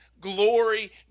glory